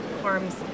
harms